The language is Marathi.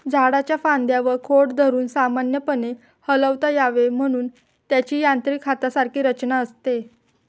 झाडाच्या फांद्या व खोड धरून सामान्यपणे हलवता यावे म्हणून त्याची यांत्रिक हातासारखी रचना असते